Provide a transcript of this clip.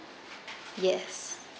yes